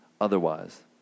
otherwise